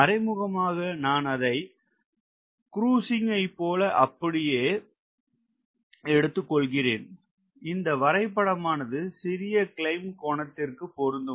மறைமுகமாக நான் அதை க்ரூஸிங் ஐ போல அப்படியே எடுத்துக்கொள்கிறேன் இந்த வரைபடமானது சிறிய க்ளைம்ப் கோணத்திற்கு பொருந்தும்